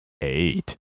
eight